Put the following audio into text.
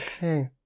Hey